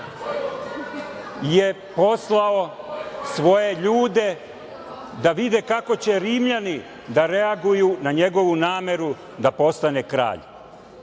je poslao svoje ljude da vide kako će Rimljani da reaguju na njegovu nameru da postane kralj.